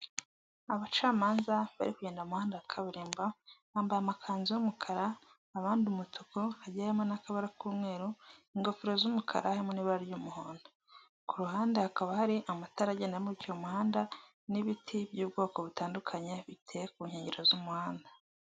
Abacamanza bari kugenda muhanda wa kaburerimbo bambaye amakanzu y'umukara abandi umutuku hagiyemo n'akabara k'umweru ingofero z'umukaramo n'ibara ry'umuhondo, ku ruhande hakaba hari amatara agenda amurikira umuhanda n'ibiti by'ubwoko butandukanye biteye ku nkengero z'umuhanda.